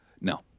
no